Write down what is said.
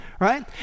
right